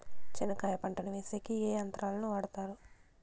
చెనక్కాయ పంటను వేసేకి ఏ యంత్రాలు ను వాడుతారు?